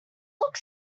look